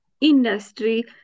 industry